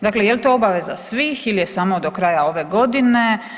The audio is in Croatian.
Dakle jel to obaveza svih ili je samo do kraja ove godine?